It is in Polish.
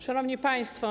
Szanowni Państwo!